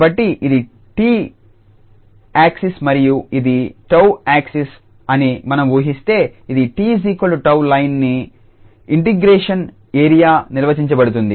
కాబట్టిఇది 𝑡 ఆక్సిస్ మరియు ఇది 𝜏 ఆక్సిస్ అని మనం ఊహిస్తే ఇది 𝑡𝜏 లైన్ అని ఇంటిగ్రేషన్ ఏరియా నిర్ణయించబడుతుంది